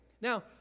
Now